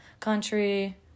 Country